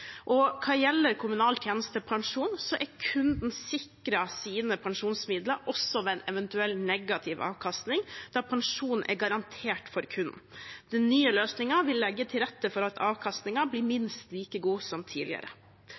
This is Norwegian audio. Og hva gjelder kommunal tjenestepensjon, er kunden sikret sine pensjonsmidler også ved en eventuell negativ avkastning, da pensjonen er garantert for kunden. Den nye løsningen vil legge til rette for at avkastningen blir minst like god som tidligere.